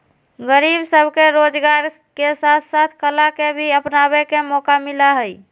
गरीब सब के रोजगार के साथ साथ कला के भी अपनावे के मौका मिला हई